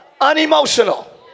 unemotional